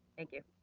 thank you.